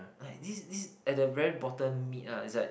like this this at the very bottom meat lah is like